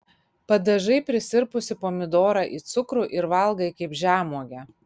padažai prisirpusį pomidorą į cukrų ir valgai kaip žemuogę